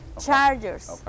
chargers